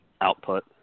output